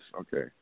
Okay